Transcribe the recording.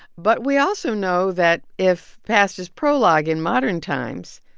but we also know that if past is prologue, in modern times,